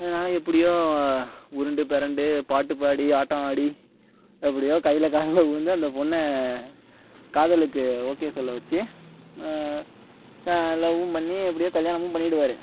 எப்படியோ உருண்டு பிரண்டு பாட்டு பாடி ஆட்டம் ஆடி எப்படியோ கையில் காலில் விழுந்து அந்த பொண்ணை காதலுக்கு ஓகே சொல்ல வெச்சு லவ்வும் பண்ணி எப்படியோ கல்யாணமும் பண்ணிடுவார்